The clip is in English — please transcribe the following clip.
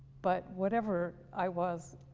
but whatever i was